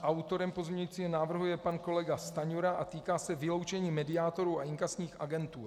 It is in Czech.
Autorem pozměňujícího návrhu je pan kolega Stanjura a týká se vyloučení mediátorů a inkasních agentur.